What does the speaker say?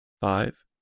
five